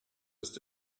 ist